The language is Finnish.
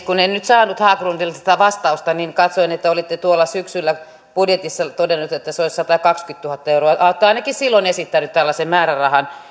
kun en nyt saanut haglundilta sitä vastausta niin katsoin että olitte tuolla syksyllä budjetissa todennut että se olisi satakaksikymmentätuhatta euroa tai ainakin silloin olitte esittänyt tällaisen määrärahan